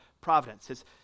providence